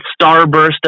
starburst